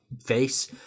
face